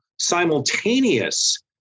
simultaneous